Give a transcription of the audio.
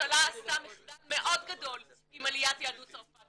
הממשלה עשתה מחדל מאוד גדול עם עליית יהדות צרפת,